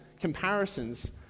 comparisons